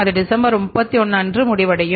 அது டிசம்பர் 31 அன்று முடிவடையும்